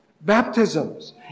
baptisms